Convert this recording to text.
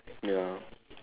ya